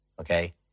okay